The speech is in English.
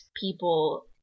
people